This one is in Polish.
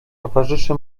towarzysze